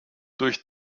durch